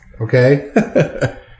okay